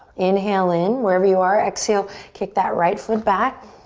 inhale in. wherever you are, exhale, kick that right foot back.